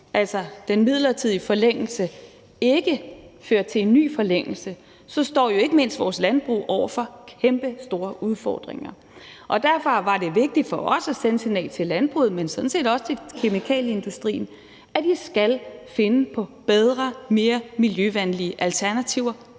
altså at den midlertidige forlængelse ikke fører til en ny forlængelse, så står jo ikke mindst vores landbrug over for kæmpestore udfordringer. Derfor var det vigtigt for os at sende et signal til landbruget, men sådan set også til kemikalieindustrien, om, at de skal finde på bedre, mere miljøvenlige alternativer